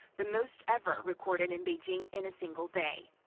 the most ever recorded in beijing in a single day.